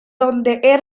donde